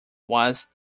was